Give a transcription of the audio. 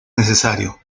necesario